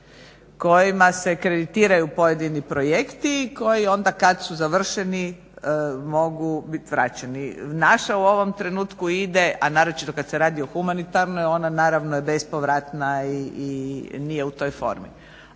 kojima se kreditiraju pojedini projekti i koji onda kad su završeni mogu bit vraćeni. Naša u ovom trenutku ide, a naročito kad se radi o humanitarnoj ona naravno je bespovratna i nije u toj formi.